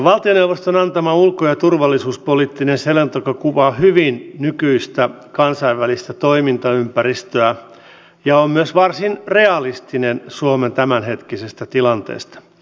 valtioneuvoston antama ulko ja turvallisuuspoliittinen selonteko kuvaa hyvin nykyistä kansainvälistä toimintaympäristöä ja on myös varsin realistinen suomen tämänhetkisestä tilanteesta